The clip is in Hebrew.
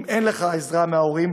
אם אין עזרה מההורים,